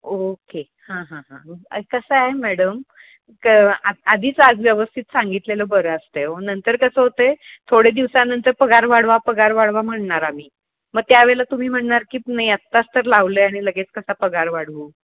okay हां हां हां कसं आहे मॅडम क आ आधीच आज व्यवस्थित सांगितलेलं बरं असतं आहे हो नंतर कसं होत आहे थोडे दिवसानंतर पगार वाढवा पगार वाढवा म्हणणार आ्ही मग त्यावेळेला तुम्ही म्हणणार की नाही आत्ताच तर लावले आणि लगेच कसा पगार वाढवू